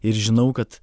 ir žinau kad